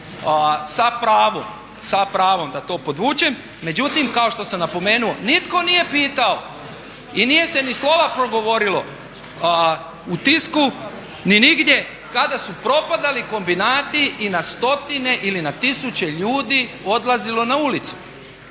sa pravom da to podvučem. Međutim, kao što sam napomenuo nitko nije pitao i nije se ni slova progovorilo u tisku ni nigdje kada su propadali kombinati i na stotine ili na tisuće ljudi odlazilo na ulicu.